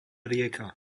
rieka